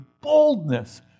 boldness